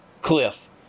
cliff